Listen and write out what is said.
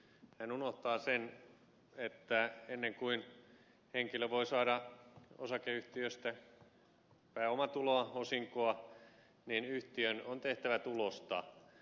hän unohtaa sen että ennen kuin henkilö voi saada osakeyhtiöstä pääomatuloa osinkoa yhtiön on tehtävä tulosta